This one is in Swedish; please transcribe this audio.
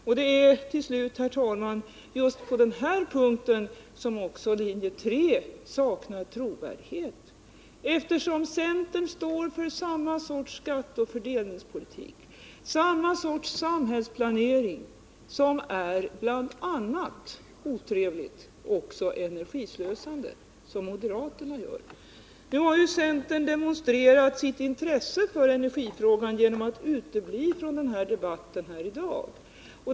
Och det är till slut, herr talman, just på denna punkt som också linje 3 saknar trovärdighet, eftersom centern står för samma osociala och energislösande samhällsplanering som moderaterna. Nu har ju centern demonstrerat sitt intresse för energifrågan genom att utebli från denna debatt.